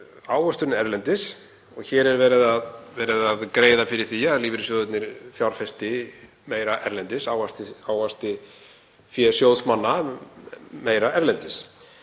ávöxtunin erlendis. Hér er verið að greiða fyrir því að lífeyrissjóðirnir fjárfesti meira erlendis, ávaxti fé sjóðsmanna meira erlendis.